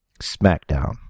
Smackdown